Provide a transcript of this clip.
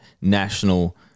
national